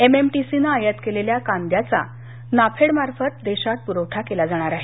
एमएमटीसीने आयात केलेल्या कांद्याचा नाफेडमार्फत देशात पुरवठा केला जाणार आहे